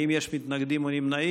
האם יש מתנגדים או נמנעים?